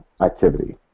activity